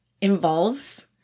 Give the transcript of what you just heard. involves